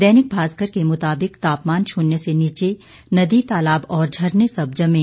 दैनिक भास्कर के मुताबिक तापमान शुन्य से नीचे नदी तालाब और झरने सब जमे